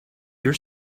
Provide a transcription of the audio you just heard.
your